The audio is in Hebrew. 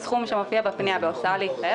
הסכום שמופיע בפנייה בהוצאה להתחייב,